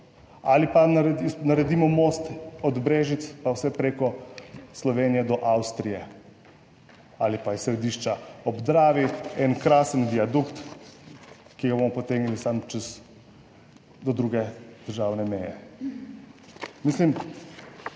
Ali pa naredimo most od Brežic pa vse preko Slovenije do Avstrije. Ali pa iz Središča ob Dravi en krasen viadukt, ki ga bomo potegnili samo čez do druge državne meje.